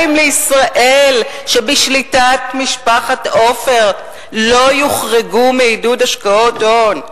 לישראל" שבשליטת משפחת עופר לא יוחרגו מעידוד השקעות הון?